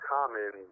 Common